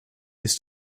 ist